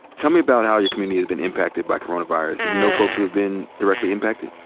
tell me about how your community has been impacted by coronavirus. do you know folks who have been directly impacted?